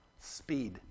Speed